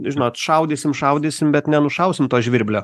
žinot šaudysim šaudysim bet nenušausim to žvirblio